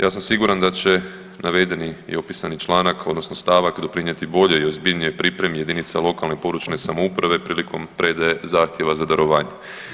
Ja sam siguran da će navedeni i opisani članak odnosno stavak doprinijeti boljoj i ozbiljnijoj pripremi jedinice lokalne i područne samouprave prilikom predaje zahtjeva za darovanje.